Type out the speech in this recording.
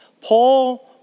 Paul